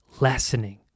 lessening